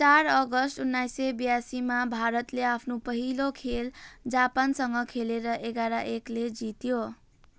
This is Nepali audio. चार अगस्ट उन्नाइस सय बयासीमा भारतले आफ्नो पहिलो खेल जापानसँग खेलेर एघार एकले जित्यो